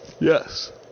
Yes